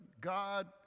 God